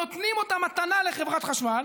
נותנים אותה מתנה לחברת החשמל,